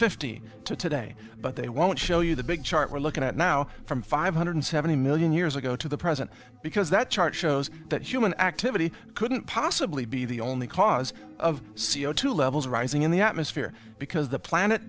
fifteen to today but they won't show you the big chart we're looking at now from five hundred seventy million years ago to the present because that chart shows that human activity couldn't possibly be the only cause of c o two levels rising in the atmosphere because the planet